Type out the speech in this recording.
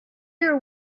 your